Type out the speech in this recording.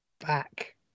back